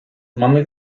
mamy